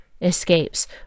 escapes